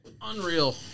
Unreal